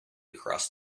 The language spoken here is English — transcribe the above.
across